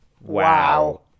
Wow